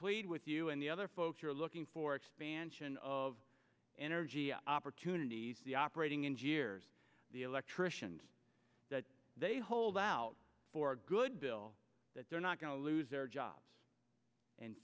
plead with you and the other folks you're looking for expansion of energy opportunities the operating engineers the electricians that they hold out for a good bill that they're not going to lose their jobs and